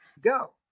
go